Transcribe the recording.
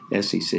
SEC